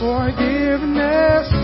Forgiveness